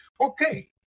Okay